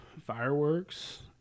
fireworks